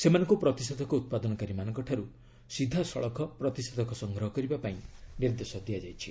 ସେମାନଙ୍କ ପ୍ରତିଷେଧକ ଉତ୍ପାଦନକାରୀ ମାନଙ୍କ ଠାରୁ ସିଧାସଳଖ ପ୍ରତିଷେଧକ ସଂଗ୍ହ କରିବାକୁ ନିର୍ଦ୍ଦେଶ ଦିଆଯାଇଛି